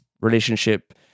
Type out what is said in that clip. relationship